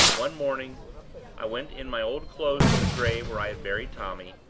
one morning i went in my old clothes to the grave where i had buried tommy.